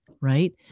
right